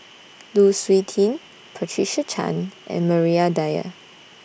Lu Suitin Patricia Chan and Maria Dyer